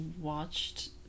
watched